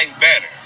better